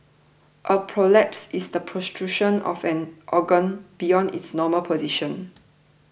a prolapse is the protrusion of an organ beyond its normal position